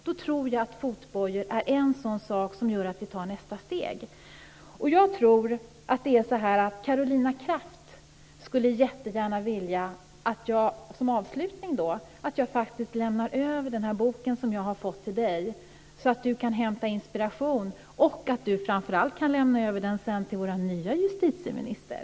Jag tror att fotbojor är en sak som kan visa att vi tar nästa steg. Jag tror att Karolina Kraft jättegärna skulle vilja att jag som avslutning lämnar över den här boken som jag har fått till Lena Hjelm-Wallén så att hon kan hämta inspiration från den och framför allt kan lämna över den till vår nya justitieminister.